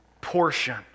portion